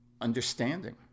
understanding